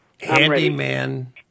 handyman